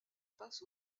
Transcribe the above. passe